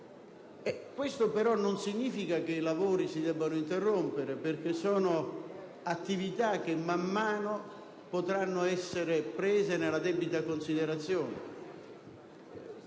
Questo, però, non significa che i lavori si debbano interrompere, perché sono proposte che man mano potranno essere prese nella debita considerazione.